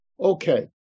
okay